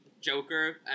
Joker